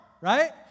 right